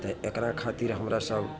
तऽ एकरा खातिर हमरा सभ